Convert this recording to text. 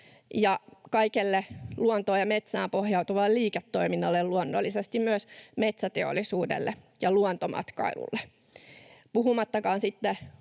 ja kaikelle luontoon ja metsään pohjautuvalle liiketoiminnalle, luonnollisesti myös metsäteollisuudelle ja luontomatkailulle, puhumattakaan sitten